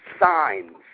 signs